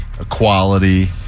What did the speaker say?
Equality